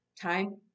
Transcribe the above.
time